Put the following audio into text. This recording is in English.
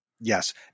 Yes